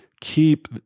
keep